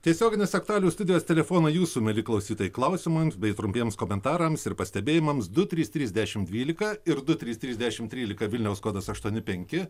tiesioginės aktualijų studijos telefonai jūsų mieli klausytojai klausimams bei trumpiems komentarams ir pastebėjimams du trys trys dešimt dvylika ir du trys trys dešimt trylika vilniaus kodas aštuoni penki